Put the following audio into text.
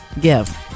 give